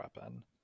weapon